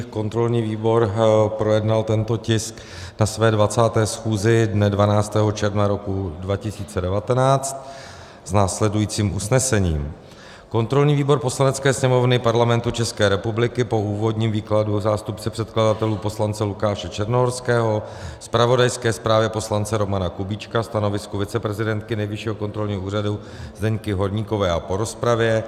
Kontrolní výbor projednal tento tisk na své 20. schůzi dne 12. června roku 2019 s následujícím usnesením: Kontrolní výbor Poslanecké sněmovny Parlamentu České republiky po úvodním výkladu zástupce předkladatelů poslance Lukáše Černohorského, zpravodajské zprávě poslance Romana Kubíčka, stanovisku viceprezidentky Nejvyššího kontrolního úřadu Zdeňky Horníkové a po rozpravě